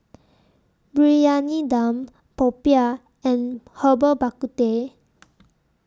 Briyani Dum Popiah and Herbal Bak KuTeh